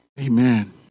Amen